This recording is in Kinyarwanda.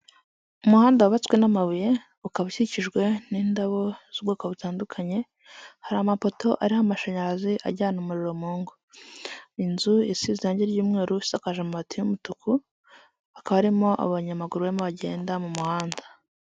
Umuhanda wubatswe n'amabuye, ukaba ukikijwe n'indabo z'ubwoko butandukanye, hari amapoto ari amashanyarazi ajyana umuriro mu ngo. Inzu isize irangi ry'umweru, isakaje amabati y'umutuku, hakaba harimo abanyamaguru barimo bagenda mu muhanda.